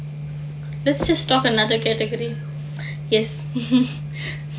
let's just talk another category yes